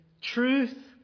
truth